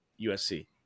USC